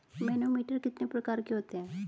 Manometer कितने प्रकार के होते हैं?